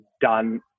done